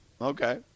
Okay